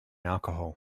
alcohol